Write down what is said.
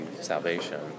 salvation